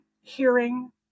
hearing